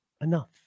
enough